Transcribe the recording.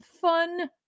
fun